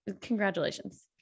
congratulations